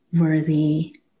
worthy